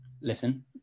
listen